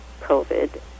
COVID